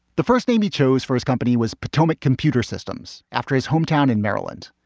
the first name he chose for his company was potomac computer systems. after his hometown in maryland,